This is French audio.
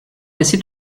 laissé